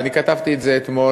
ואני כתבתי את זה אתמול,